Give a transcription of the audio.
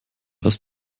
das